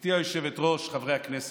גברתי היושבת-ראש, חברי הכנסת,